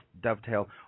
dovetail